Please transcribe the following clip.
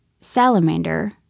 Salamander